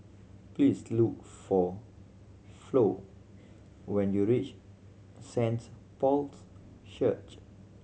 please look for Flo when you reach Saints Paul's Church